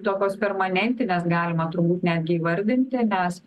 tokios permanentinės galima turbūt netgi įvardinti nes